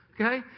Okay